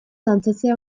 dantzatzea